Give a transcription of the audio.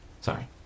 Sorry